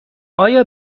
آیا